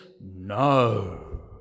no